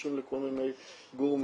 מתקשרים לכל מיני גורמים,